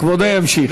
כבודו ימשיך.